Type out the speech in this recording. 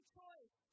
choice